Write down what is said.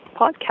podcast